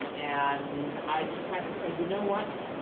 and i just had to say, you know what?